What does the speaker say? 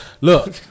Look